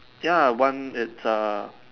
ya one it's a